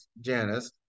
Janice